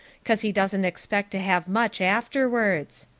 cause he doesn't expect to have much afterwards.